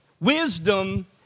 Wisdom